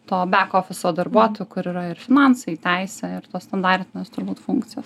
to bek ofiso darbuotojų kur yra ir finansai teisė ir tos standartinės turbūt funkcijos